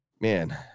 man